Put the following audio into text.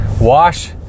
Wash